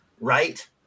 right